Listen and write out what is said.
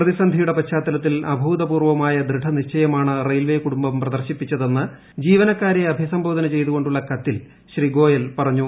പ്രതിസന്ധിയുടെ പശ്ചാത്തലത്തിൽ അഭൂതപൂർവമായ ദൃഢനിശ്ചയമാണ് റെയിൽവെ കുടുംബം പ്രദർശിപ്പിച്ചതെന്ന് ജീവനക്കാരെ അഭിസംബോധന ചെയ്തുകൊണ്ടുള്ള കത്തിൽ ശ്രീ ഗോയൽ പറഞ്ഞു